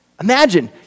imagine